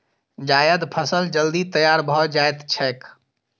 जायद फसल जल्दी तैयार भए जाएत छैक